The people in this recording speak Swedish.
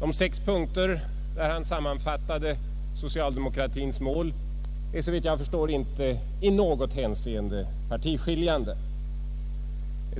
De sex punkter i vilka han sammanfattade socialdemokratins mål är såvitt jag förstår inte i något hänseende partiskiljande.